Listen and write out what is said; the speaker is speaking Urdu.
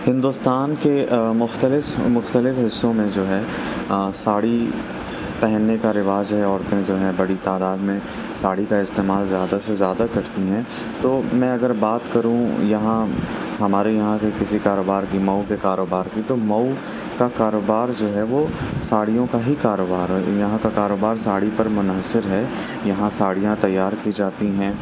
ہندوستان کے مختلف مختلف حصوں میں جو ہے ساڑی پہننے کا رواج ہے عورتیں جو ہیں بڑی تعداد میں ساڑی کا استعمال زیادہ سے زیادہ کرتی ہیں تو میں اگر بات کروں یہاں ہمارے یہاں کے کسی کاروبار کی مئو کے کاروبار کی تو مئو کا کاروبار جو ہے وہ ساڑیوں کا ہی کاروبار ہے یہاں کا کاروبار ساڑی پر منحصر ہے یہاں ساڑیاں تیار کی جاتی ہیں